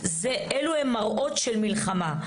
זה מראות של מלחמה.